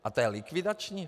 A to je likvidační?